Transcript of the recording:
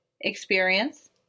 EXPERIENCE